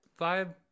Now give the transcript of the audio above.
vibe